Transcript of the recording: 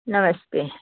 नमस्ते